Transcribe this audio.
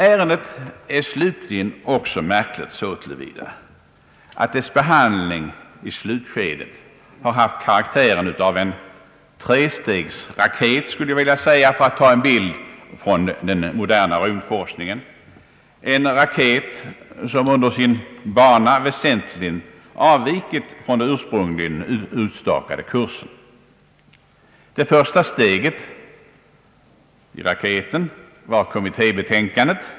Ärendet är, slutligen, också märkligt så till vida att dess behandling i slutskedet har haft karaktären av en trestegsraket, för att ta en bild från den moderna rymdforskningen. Denna raket har under sin bana väsentligt avvikit från den ursprungligen utstakade kursen. Det första steget i raketen var kommittébetänkandet.